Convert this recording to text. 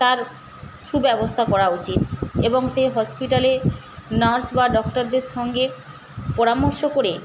তার সুব্যবস্থা করা উচিত এবং সেই হসপিটালে নার্স বা ডক্টরদের সঙ্গে পরামর্শ করে